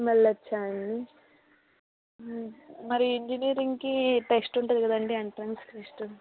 వెళ్ళవచ్చా అండి మరి ఇంజనీరింగ్కి టెస్ట్ ఉంటుంది కదండి ఎంట్రన్స్ టెస్ట్